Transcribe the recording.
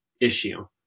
issue